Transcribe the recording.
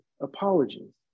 apologies